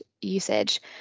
usage